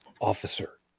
officer